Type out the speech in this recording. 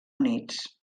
units